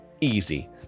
easy